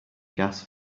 gas